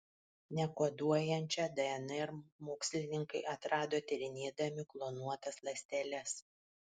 nekoduojančią dnr mokslininkai atrado tyrinėdami klonuotas ląsteles